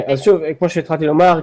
כמו שהתחלתי לומר,